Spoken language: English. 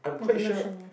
I don't know Shanace